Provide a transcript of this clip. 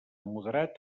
moderat